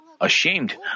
ashamed